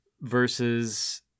versus